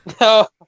No